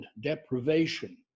deprivation